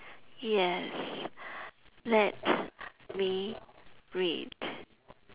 yes let me read